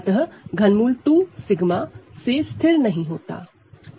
अतः ∛ 2 सिगमा से स्थिर नहीं होता है